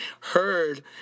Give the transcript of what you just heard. heard